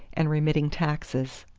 and remitting taxes.